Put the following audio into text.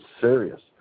serious